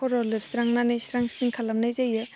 खर' लोबस्रांनानै स्रां स्रिं खालामनाय जायो